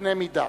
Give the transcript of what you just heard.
קנה מידה.